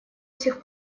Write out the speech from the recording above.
сих